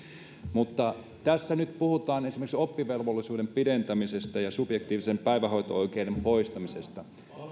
tässä nyt puhutaan esimerkiksi oppivelvollisuuden pidentämisestä ja subjektiivisen päivähoito oikeuden poistamisesta